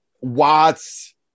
Watts